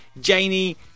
janie